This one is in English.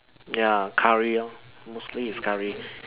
ya curry loh mostly is curry